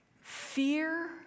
fear